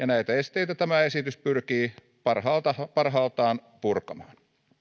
näitä esteitä tämä esitys pyrkii parhaaltaan parhaaltaan purkamaan